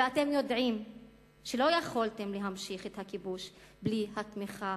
ואתם יודעים שלא יכולתם להמשיך את הכיבוש בלי התמיכה